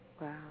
Wow